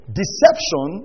deception